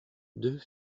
deux